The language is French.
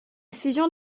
fusion